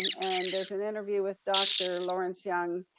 and there's an interview with dr. lawrence yun,